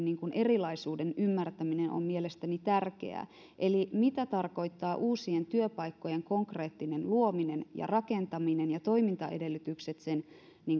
erilaisuuden ymmärtäminen on mielestäni tärkeää eli mitä tarkoittaa uusien työpaikkojen konkreettinen luominen ja rakentaminen ja toimintaedellytykset sen